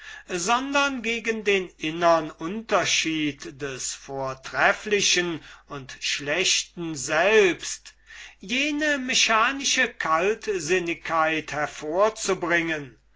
sondern gegen den innern unterschied des vortrefflichen und schlechten selbst bei diesen griechenzenden thraciern jene mechanische kaltsinnigkeit hervorzubringen